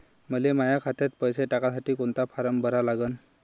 मले माह्या खात्यात पैसे टाकासाठी कोंता फारम भरा लागन?